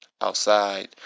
outside